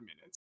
minutes